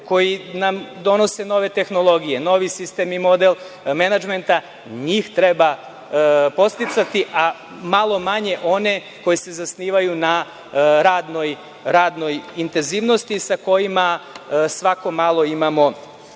koji nam donose nove tehnologije, novi sistem i model menadžmenta, njih treba podsticati, a malo manje one koji se zasnivaju na radnoj intenzivnosti, sa kojima svako malo imamo